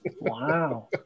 Wow